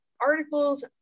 articles